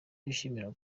bishimira